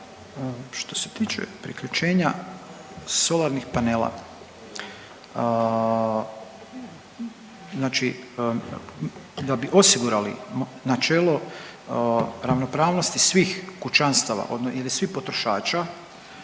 Što se tiče priključenja solarnih panela, znači da bi osigurali načelo ravnopravnosti svih kućanstava ili svih potrošača